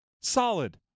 Solid